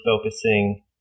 focusing